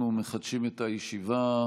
אנחנו מחדשים את הישיבה.